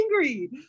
angry